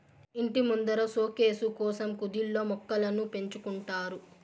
ఇంటి ముందర సోకేసు కోసం కుదిల్లో మొక్కలను పెంచుకుంటారు